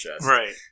right